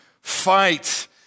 fight